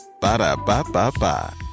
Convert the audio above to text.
Ba-da-ba-ba-ba